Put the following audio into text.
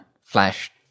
Flash